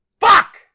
Fuck